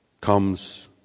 comes